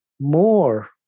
more